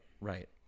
Right